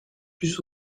plus